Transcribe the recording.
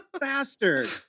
bastard